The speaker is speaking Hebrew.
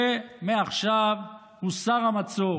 שמעכשיו הוסר המצור,